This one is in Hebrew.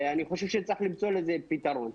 אני חושב שצריך למצוא לזה פתרון.